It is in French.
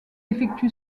effectue